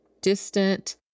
distant